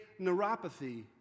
neuropathy